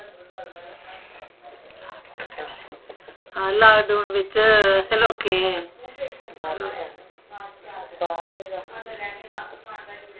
lockdown असें लोकें